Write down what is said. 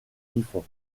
griffon